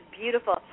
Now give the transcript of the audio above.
beautiful